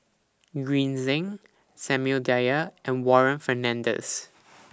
Green Zeng Samuel Dyer and Warren Fernandez